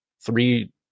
three